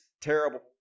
terrible